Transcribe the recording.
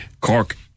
Cork